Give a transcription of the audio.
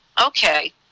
okay